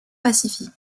pacific